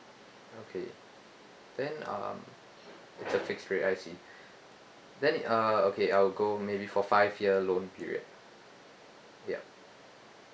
okay then uh it's a fixed rate I see then uh okay I'll go maybe for five year loan period ya